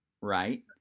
right